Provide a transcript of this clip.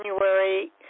January